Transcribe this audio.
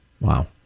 Wow